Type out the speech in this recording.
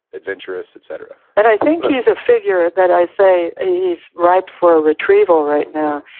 adventurous, et cetera and i think he's a figure that i say and he's ripe for a retrieval right now,